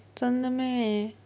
真的 meh